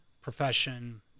profession